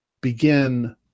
begin